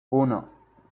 uno